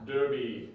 Derby